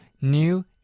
new